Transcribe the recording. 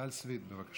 רויטל סויד, בבקשה.